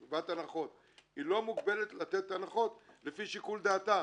היא לא מוגבלת לתת הנחות לפי שיקול דעתה.